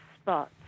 spots